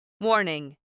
Warning